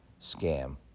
scam